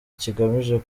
kigamije